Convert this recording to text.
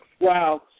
Wow